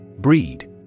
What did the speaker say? Breed